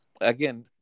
Again